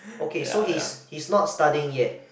okay so he's he's not studying yet